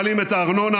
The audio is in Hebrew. מעלים את הארנונה.